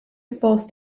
forced